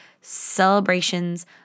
celebrations